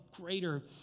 greater